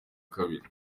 kabiri